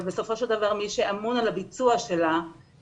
בסופו של דבר מי שאמון על הביצוע והיישום,